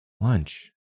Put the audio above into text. Lunch